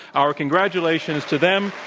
our congratulations to them.